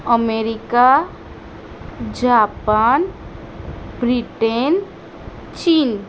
America Japan Britain Chin